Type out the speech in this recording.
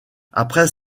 après